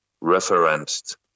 referenced